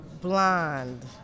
blonde